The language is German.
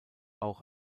auch